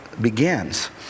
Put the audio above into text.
begins